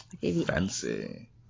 Fancy